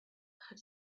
had